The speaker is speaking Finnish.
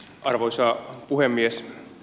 arvoisa puhemies